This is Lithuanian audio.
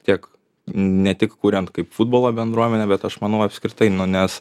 tiek ne tik kuriant kaip futbolo bendruomenę bet aš manau apskritai nu nes